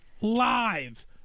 live